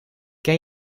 ken